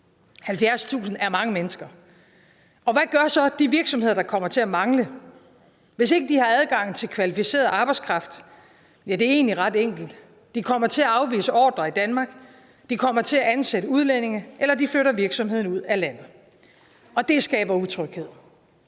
70.000 er mange mennesker, og hvad gør så de virksomheder, der kommer til at mangle medarbejdere, hvis ikke de har adgang til kvalificeret arbejdskraft? Ja, det er egentlig ret enkelt. De kommer til at afvise ordrer i Danmark. De kommer til at ansætte udlændinge, eller de flytter virksomheder ud af landet. Og det skaber utryghed.